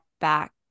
back